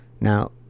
now